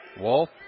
Wolf